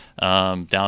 down